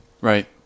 right